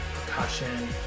percussion